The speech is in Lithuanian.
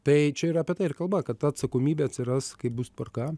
tai čia ir apie tai ir kalba kad ta atsakomybė atsiras kai bus tvarka